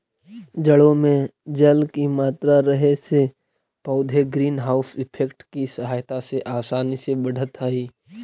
जड़ों में जल की मात्रा रहे से पौधे ग्रीन हाउस इफेक्ट की सहायता से आसानी से बढ़त हइ